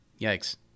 Yikes